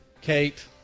Kate